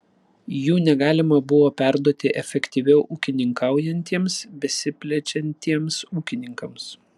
jų negalima buvo perduoti efektyviau ūkininkaujantiems besiplečiantiems ūkininkams